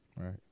Right